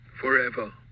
forever